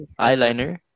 Eyeliner